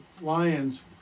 Lions